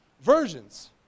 Versions